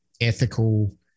ethical